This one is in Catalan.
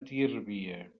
tírvia